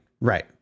right